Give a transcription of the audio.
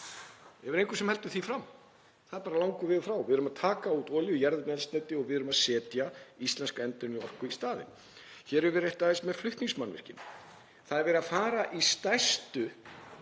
Er einhver sem heldur því fram? Það er bara langur vegur frá. Við erum að taka út olíu og jarðefnaeldsneyti og við erum að setja íslenska endurnýjanlega orku í staðinn. Hér hefur verið aðeins minnst á flutningsmannvirki. Það er verið að fara í stærstu